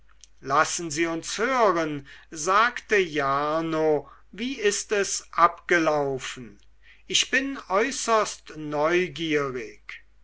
lassen sie uns hören sagte jarno wie ist es abgelaufen ich bin äußerst neugierig